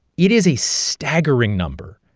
it is a staggering number.